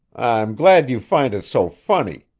i'm glad you find it so funny,